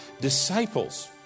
disciples